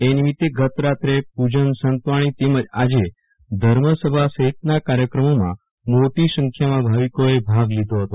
એ નિમિતે ગઈકાલે પૂજનસંતવાણી તેમજ ધર્મસભા સહિતના કાર્યક્રમોમાં મોટી સંખ્યામાં ભાવિકોએ ભાગ લીધો હતો